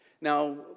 Now